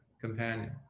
companion